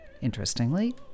interestingly